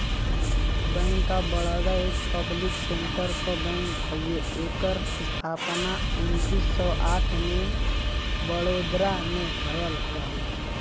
bank of Baroda एक public sector क bank हउवे एकर स्थापना उन्नीस सौ आठ में बड़ोदरा में भयल रहल